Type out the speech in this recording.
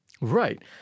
Right